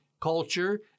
culture